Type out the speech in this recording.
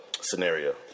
scenario